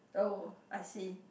oh I see